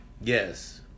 Yes